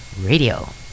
Radio